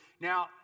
Now